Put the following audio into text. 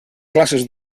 classes